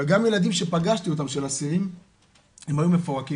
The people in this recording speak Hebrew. וגם ילדים של אסירים שפגשתי אותם הם היו מפורקים.